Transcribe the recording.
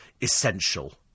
essential